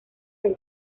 del